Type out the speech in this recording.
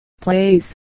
Plays